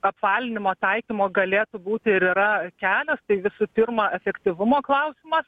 apvalinimo taikymo galėtų būti ir yra kelios tai visų pirma efektyvumo klausimas